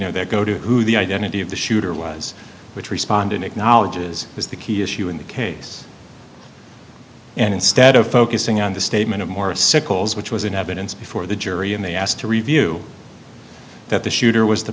know that go to who the identity of the shooter was which respondent acknowledges is the key issue in the case and instead of focusing on the statement of morris sickles which was in evidence before the jury and they asked to review that the shooter was the